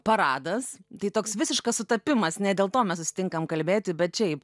paradas tai toks visiškas sutapimas ne dėl to mes susitinkam kalbėti bet šiaip